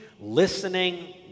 listening